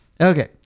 Okay